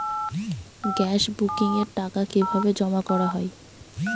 Gas বুকিংয়ের টাকা কিভাবে জমা করা হয়?